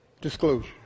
Disclosure